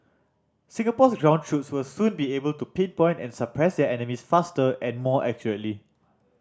Singapore's ground troops will soon be able to pinpoint and suppress their enemies faster and more accurately